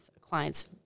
clients